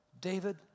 David